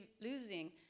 losing